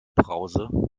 brause